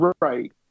Right